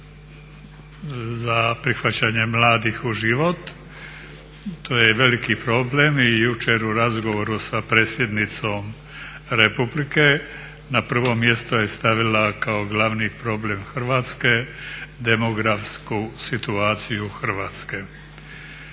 sa prihvaćanje mladih u život. To je veliki problem. Jučer u razgovoru sa predsjednicom Republike na prvo mjesto je stavila kao glavni problem Hrvatske demografsku situaciju Hrvatske.